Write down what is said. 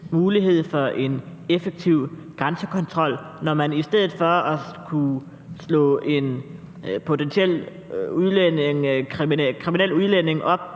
udføre en effektiv grænsekontrol, at man som politi i stedet for at kunne slå en potentiel kriminel udlænding op